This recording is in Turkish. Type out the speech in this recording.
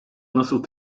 nasıl